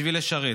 בשביל לשרת.